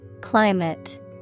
Climate